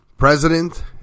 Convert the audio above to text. President